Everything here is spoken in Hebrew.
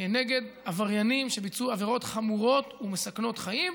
כנגד עבריינים שביצעו עבירות חמורות ומסכנות חיים,